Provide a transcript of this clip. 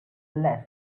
less